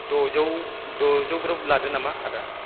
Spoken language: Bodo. द'जौ द'जौ ग्रोब लादो नामा आदा